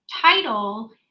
title